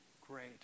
Great